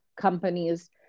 companies